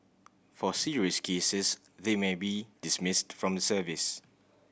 for serious cases they may be dismissed from the service